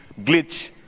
Glitch